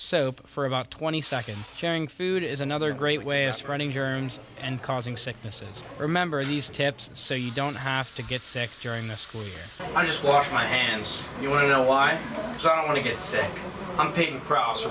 soap for about twenty seconds sharing food is another great way of running germs and causing sicknesses remember these tips so you don't have to get sick during the school year i just wash my hands you want to know why so i want to get sick i'm paying